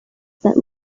that